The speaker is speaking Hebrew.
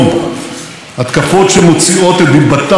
התקפות שמוציאות בעולם את דיבתה של ישראל רעה.